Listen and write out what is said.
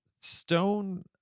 Stone